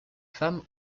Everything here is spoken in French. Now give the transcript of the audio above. femmes